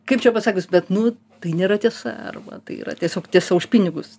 kaip čia pasakius bet nu tai nėra tiesa arba tai yra tiesiog tiesa už pinigus